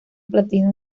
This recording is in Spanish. platino